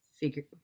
figure